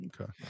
Okay